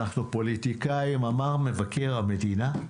אמר מבקר המדינה: